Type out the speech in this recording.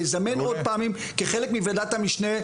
לזמן עוד פעמים כחלק מוועדת המשנה,